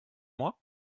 moi